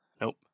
Nope